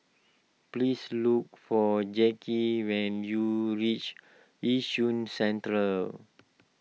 please look for Jacky when you reach Yishun Central